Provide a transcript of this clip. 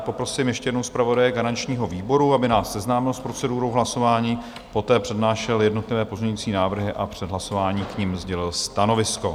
Poprosím ještě jednou zpravodaje garančního výboru, aby nás seznámil s procedurou hlasování, poté přednášel jednotlivé pozměňovací návrhy a před hlasováním k nim sdělil stanovisko.